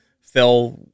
fell